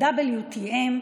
ה-WTM,